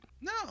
No